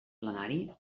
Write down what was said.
plenari